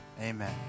amen